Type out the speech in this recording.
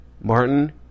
Martin